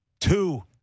two